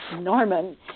Norman